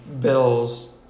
Bills